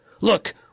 Look